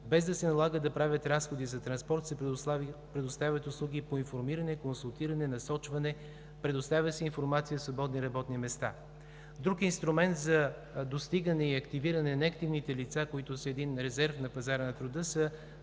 без да се налага да правят разходи за транспорт, се предоставят услуги по информиране, консултиране, насочване. Предоставя се информация за свободни работни места. Друг инструмент за достигане и активиране на неактивните лица, които са един резерв на пазара на труда, са